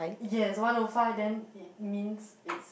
yes one O five then it means it's